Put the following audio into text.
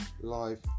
live